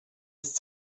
ist